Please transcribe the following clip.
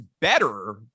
better